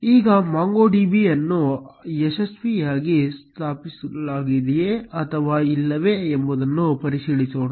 ಈಗ MongoDB ಅನ್ನು ಯಶಸ್ವಿಯಾಗಿ ಸ್ಥಾಪಿಸಲಾಗಿದೆಯೇ ಅಥವಾ ಇಲ್ಲವೇ ಎಂಬುದನ್ನು ಪರಿಶೀಲಿಸೋಣ